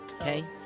Okay